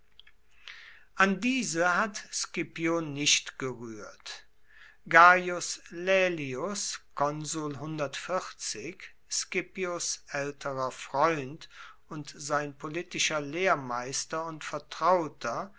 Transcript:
an diese hat scipio nicht gerührt gaius laelius scipios älterer freund und sein politischer lehrmeister und vertrauter